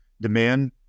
Demand